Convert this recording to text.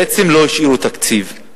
בעצם, לא השאירו תקציב.